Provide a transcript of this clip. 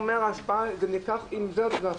הם נשארים איתה.